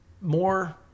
more